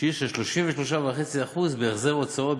ובשיעור של 33.5% בהחזר הוצאות,